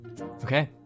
okay